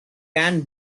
can